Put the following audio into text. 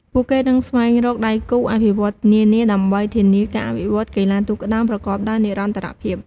ពួកគេនឹងស្វែងរកដៃគូអភិវឌ្ឍន៍នានាដើម្បីធានាការអភិវឌ្ឍន៍កីឡាទូកក្ដោងប្រកបដោយនិរន្តរភាព។